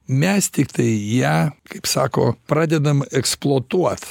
mes tiktai ją sako pradedam eksploatuot